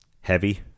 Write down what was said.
heavy